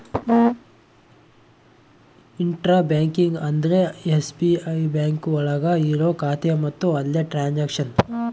intra banking ಅಂದ್ರೆ SBI bank ಒಳಗ ಇರೋ ಖಾತೆ ಮತ್ತು ಅಲ್ಲೇ ಟ್ರನ್ಸ್ಯಾಕ್ಷನ್